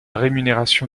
rémunération